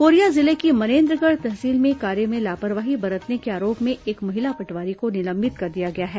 Korea जिले की मनेन्द्रगढ़ तहसील में कार्य में लापरवाही बरतने के आरोप में एक महिला पटवारी को निलंबित कर दिया गया है